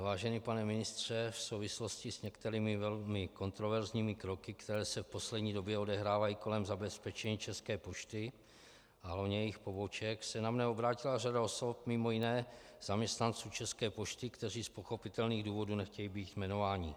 Vážený pane ministře, v souvislosti s některými velmi kontroverzními kroky, které se v poslední době odehrávají kolem zabezpečení České pošty a hlavně jejích poboček, se na mě obrátila řada osob, mj. zaměstnanců České pošty, kteří z pochopitelných důvodů nechtějí být jmenováni.